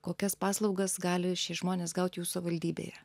kokias paslaugas gali šie žmonės gaut jų savivaldybėje